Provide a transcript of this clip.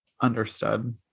Understood